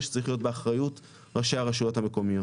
שצריך להיות באחריות ראשי הרשויות המקומיות